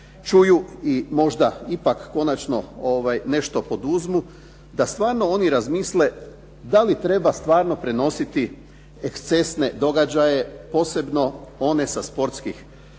čuju i možda ipak konačno nešto poduzmu da stvarno oni razmisle da li treba stvarno prenositi ekscesne događaje, posebno one sa sportskih terena,